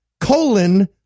colon